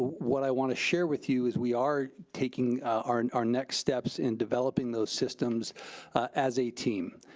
what i wanna share with you is we are taking our and our next steps in developing those systems as a team.